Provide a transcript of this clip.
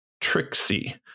Trixie